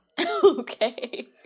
Okay